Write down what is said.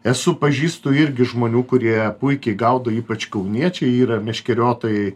esu pažįstu irgi žmonių kurie puikiai gaudo ypač kauniečiai yra meškeriotojai